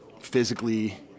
physically